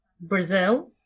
Brazil